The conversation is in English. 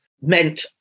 meant